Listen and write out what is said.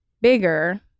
bigger